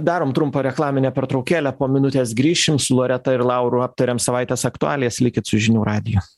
darom trumpą reklaminę pertraukėlę po minutės grįšim su loreta ir lauru aptarėm savaitės aktualijas likit su žinių radiju